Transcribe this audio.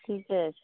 ठीके छै